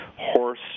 Horse